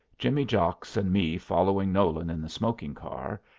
jimmy jocks and me following nolan in the smoking-car,